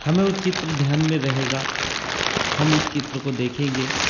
हमें वो चित्र ध्यान में रहेगा हम उस चित्र को देखेंगे